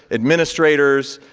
administrators,